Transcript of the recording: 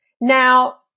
Now